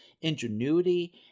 ingenuity